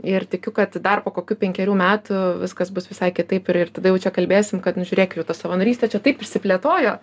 ir tikiu kad dar po kokių penkerių metų viskas bus visai kitaip ir ir tada jau čia kalbėsim kad nu žiūrėk jau ta savanorystė čia taip išsiplėtojo